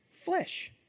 Flesh